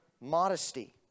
modesty